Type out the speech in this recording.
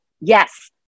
yes